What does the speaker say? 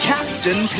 Captain